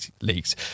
leaks